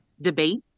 debate